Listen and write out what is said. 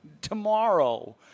tomorrow